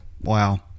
Wow